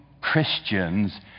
Christians